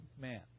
man